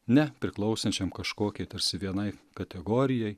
ne priklausančiam kažkokiai tarsi vienai kategorijai